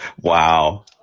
wow